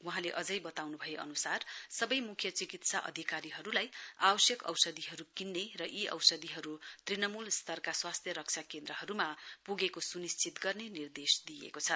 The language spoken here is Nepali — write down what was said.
वहाँले अझै वताउनु भए अनुसार सवै मुख्य चिकित्सा अधिकारीहरुलाई आवश्यक औषधिहरु किन्ने र यी औषधिहरु तृणमूल स्तरका स्वास्थ्य रक्षा केन्द्रहरुमा पुगेको सुनिश्चित गर्ने निर्देश दिइएको छ